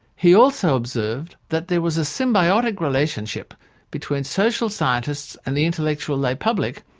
he also observed that there was a symbiotic relationship between social scientists and the intellectual lay public,